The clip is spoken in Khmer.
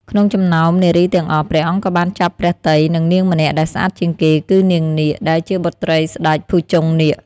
ក្នុងចំណោមនារីទាំងអស់ ព្រះអង្គក៏បានចាប់ព្រះទ័យនឹងនាងម្នាក់ដែលស្អាតជាងគេ គឺ នាងនាគ ដែលជាបុត្រីស្ដេចភុជង្គនាគ។